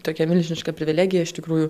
tokia milžiniška privilegija iš tikrųjų